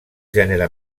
gènere